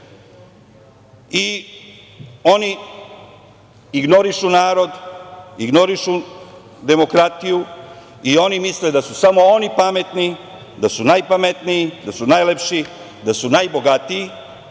Oni ignorišu narod, ignorišu demokratiju i oni misle da su samo oni pametni, da su najpametniji, da su najlepši, da su najbogatiji